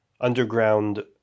underground